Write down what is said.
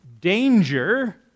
danger